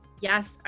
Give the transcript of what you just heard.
yes